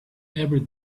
every